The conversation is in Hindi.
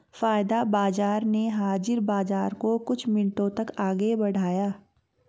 वायदा बाजार ने हाजिर बाजार को कुछ मिनटों तक आगे बढ़ाया